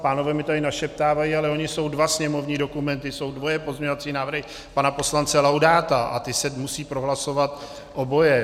Pánové mi tady našeptávají, ale ony jsou dva sněmovní dokumenty, jsou dvoje pozměňovací návrhy pana poslance Laudáta a ty se musí prohlasovat oboje.